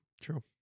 True